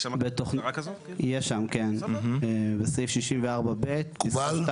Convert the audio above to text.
מדובר בוועדה מקומית כמשמעותה בסעיף 19 לחוק האמור,